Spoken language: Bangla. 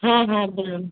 হ্যাঁ হ্যাঁ বলুন